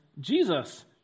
Jesus